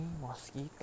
mosquito